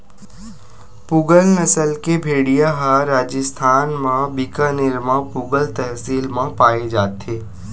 पूगल नसल के भेड़िया ह राजिस्थान म बीकानेर म पुगल तहसील म पाए जाथे